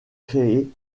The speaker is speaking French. créé